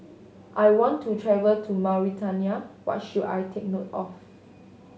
I want to travel to Mauritania what should I take note of